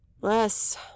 Less